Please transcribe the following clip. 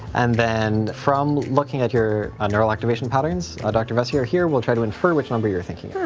and then from looking at your ah neural activation patterns, dr. veissiere here will try to infer which number you're thinking.